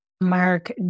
Mark